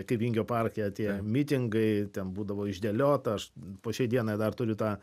kai vingio parke tie mitingai ten būdavo išdėliota aš po šiai dienai dar turiu tą